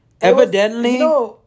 evidently